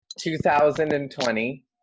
2020